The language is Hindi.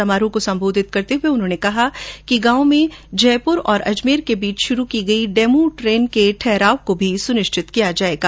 समारोह को सम्बोधित करते हुए उन्होंने कहा कि गांव में जयप्र और अजमेर के बीच शुरू हुई डेमू ट्रेन का भी ठहराव भी सुनिश्चित किया जाएगा